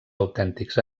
autèntics